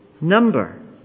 number